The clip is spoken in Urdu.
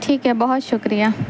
ٹھیک ہے بہت شکریہ